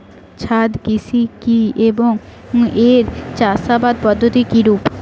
ছাদ কৃষি কী এবং এর চাষাবাদ পদ্ধতি কিরূপ?